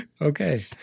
okay